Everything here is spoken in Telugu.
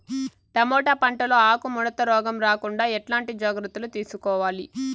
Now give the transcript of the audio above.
టమోటా పంట లో ఆకు ముడత రోగం రాకుండా ఎట్లాంటి జాగ్రత్తలు తీసుకోవాలి?